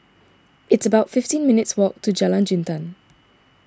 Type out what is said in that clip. it's about fifteen minutes' walk to Jalan Jintan